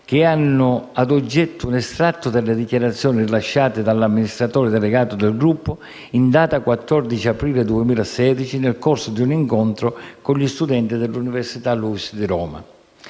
che hanno ad oggetto un estratto delle dichiarazioni rilasciate dall'amministratore delegato del gruppo in data 14 aprile 2016, nel corso di un incontro con gli studenti dell'Università LUISS di Roma.